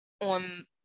on